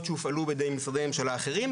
שהופעלו על ידי משרדי ממשלה אחרים,